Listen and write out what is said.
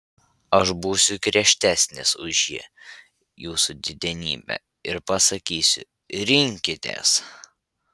aš būsiu griežtesnis už ji jūsų didenybe ir pasakysiu rinkitės